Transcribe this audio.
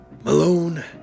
Malone